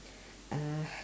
uh